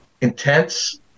intense